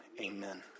Amen